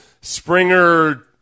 Springer